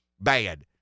bad